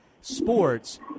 sports